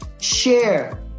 Share